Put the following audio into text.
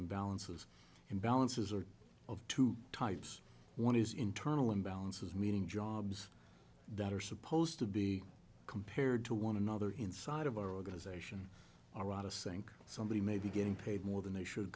imbalances imbalances are of two types one is internal imbalances meaning jobs that are supposed to be compared to one another inside of our organization are out of sync somebody maybe getting paid more than they should